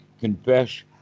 confess